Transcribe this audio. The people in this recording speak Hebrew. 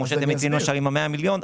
כמו שאתם עושים עכשיו עם ה-100 מיליון,